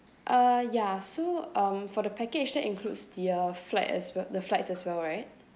uh ya so um for the package that includes the uh flight as well the flights as well right